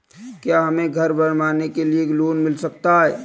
क्या हमें घर बनवाने के लिए लोन मिल सकता है?